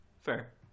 Fair